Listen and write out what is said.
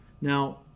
Now